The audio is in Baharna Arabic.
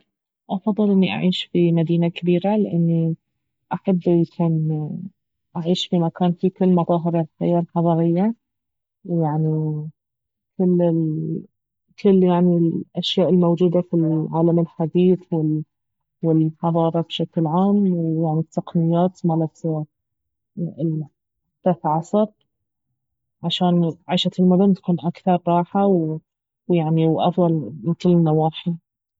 افضل اني أعيش في مدينة كبيرة لاني احب يكون أعيش في مكان فيه كل مظاهر الحياة الحضرية ويعني كل ال- كل يعني الأشياء الموجودة في العالم الحديث وال- والحضارة بشكل عام ويعني التقنيات مالت ال- احدث عصر عشان عيشة المدن تكون اكثر راحة ويعني افضل من كل النواحي